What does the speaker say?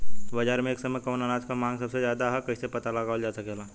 बाजार में एक समय कवने अनाज क मांग सबसे ज्यादा ह कइसे पता लगावल जा सकेला?